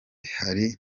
hari